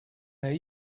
there